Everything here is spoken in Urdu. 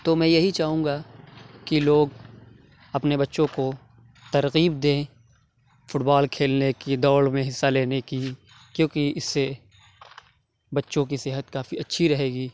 تو میں یہی چاہوں گا کہ لوگ اپنے بچوں کو ترغیب دیں فٹ بال کھیلنے کی دوڑ میں حصّہ لینے کی کیوں کہ اِس سے بچوں کی صحت کافی اچھی رہے گی